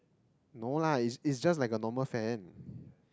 no lah it's it's just like a normal fan